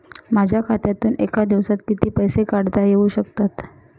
माझ्या खात्यातून एका दिवसात किती पैसे काढता येऊ शकतात?